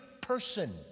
person